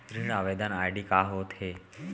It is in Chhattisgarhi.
ऋण आवेदन आई.डी का होत हे?